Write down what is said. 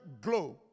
globe